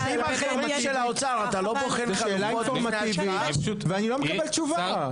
זו שאלה אינפורמטיבית, ואני לא מקבל תשובה.